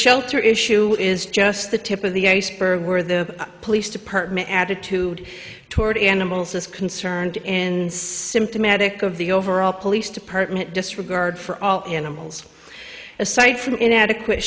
shelter issue is just the tip of the iceberg where the police department attitude toward animals is concerned and symptomatic of the overall police department disregard for all animals aside from inadequate